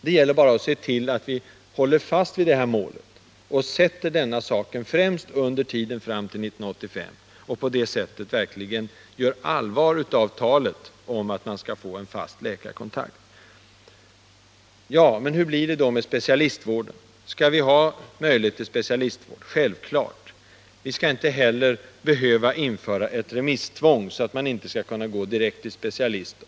Det gäller bara att se till att vi håller fast vid det målet, och sätter denna fråga främst under tiden fram till 1985. Men hur blir det då med specialistvården? Skall det finnas möjlighet till specialistvård? Ja, självklart. Vi skall inte heller behöva införa ett remisstvång, utan den som önskar eller behöver det skall kunna gå direkt till en specialist.